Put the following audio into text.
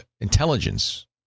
intelligence